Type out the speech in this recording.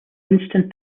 winston